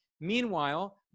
Meanwhile